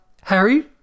Harry